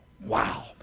Wow